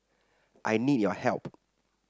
I need your help